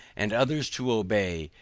and others to obey,